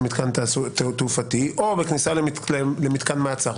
למתקן תעופתי או בכניסה למתקן מעצר.